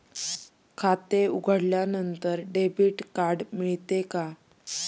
खाते उघडल्यानंतर debit card मिळते का?